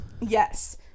yes